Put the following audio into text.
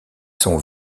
sont